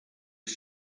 his